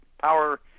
power